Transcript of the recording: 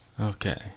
Okay